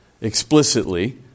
explicitly